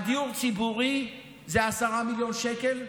על דיור ציבורי זה 10 מיליון שקל,